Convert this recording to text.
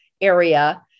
area